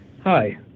hi